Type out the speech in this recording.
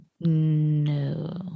No